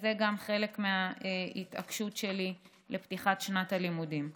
גם זה חלק מההתעקשות שלי לפתיחת שנת הלימודים.